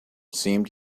seemed